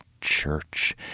church